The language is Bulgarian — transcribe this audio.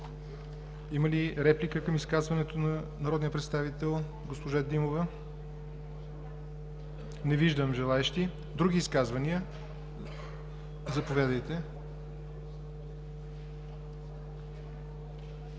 Има ли реплика към изказването на народния представител госпожа Димова? Не виждам желаещи. Други изказвания? Заповядайте.